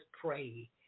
pray